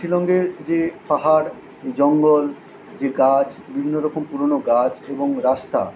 শিলংয়ের যে পাহাড় জঙ্গল যে গাছ বিভিন্ন রকম পুরোনো গাছ এবং রাস্তা